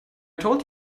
told